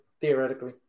theoretically